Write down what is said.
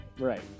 Right